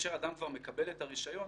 כאשר אדם כבר מקבל את הרישיון,